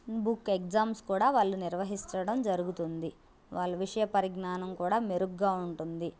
book exams కూడా వాళ్ళు నిర్వహిశ్చడం జరుగుతుంది వాళ్ళ విషయ పరిజ్ఞానం కూడా మెరుగ్గా ఉంటుంది